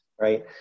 right